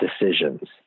decisions